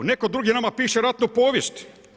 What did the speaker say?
Neko drugi nama piše ratnu povijest.